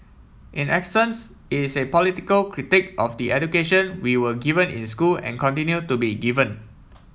in essence it's a political critique of the education we were given in school and continue to be given